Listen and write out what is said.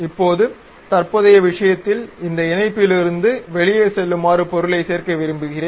இப்போது தற்போதைய விஷயத்தில் அந்த இணைப்பிலிருந்து வெளியே செல்லுமாறு பொருளைச் சேர்க்க விரும்புகிறேன்